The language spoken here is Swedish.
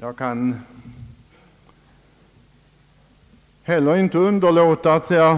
Jag kan inte heller underlåta att i detta